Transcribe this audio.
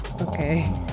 Okay